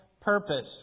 purpose